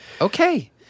Okay